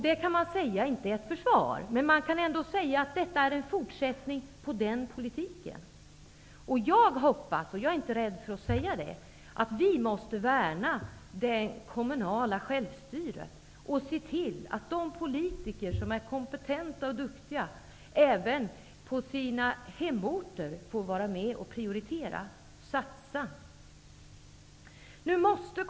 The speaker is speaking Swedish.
Detta är inte ett försvar, men jag vill påpeka att det är en fortsättning på den tidigare politiken. Jag hoppas -- jag är inte rädd för att säga det -- att vi kan värna det kommunala självstyret och se till att de politiker som är kompetenta och duktiga får vara med och prioritera och satsa även på sina hemorter.